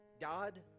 God